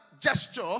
gesture